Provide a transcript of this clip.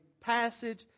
passage